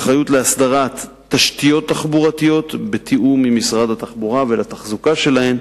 אחריות להסדרת תשתיות תחבורתיות בתיאום עם משרד התחבורה ולתחזוקה שלהן,